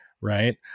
right